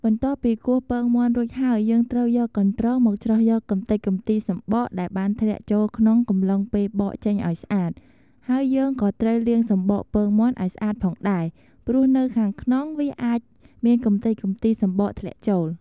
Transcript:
បន្ទាប់ពីគោះពងមាន់រួចហើយ យើងត្រូវយកកន្ត្រងមកច្រោះយកកម្ទេចកម្ទីសំបកដែលបានធ្លាក់ចូលក្នុងកំឡុងពេលបកចេញឲ្យស្អាត ហើយយើងក៏ត្រូវលាងសំបកពងមាន់ឲ្យស្អាតផងដែរ ព្រោះនៅខាងក្នុងវាអាចមានកម្ទេចកម្ទីសំបកធ្លាក់ចូល។